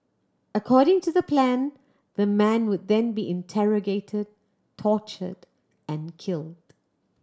according to the plan the man would then be interrogated tortured and killed